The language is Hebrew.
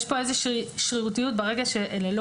יש כאן איזושהי שרירותיות ברגע שאלה לא